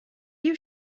you